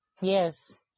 yes